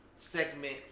Segment